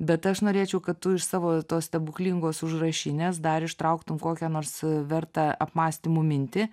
bet aš norėčiau kad tu iš savo tos stebuklingos užrašinės dar ištrauktum kokią nors verta apmąstymų mintį